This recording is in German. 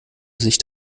sich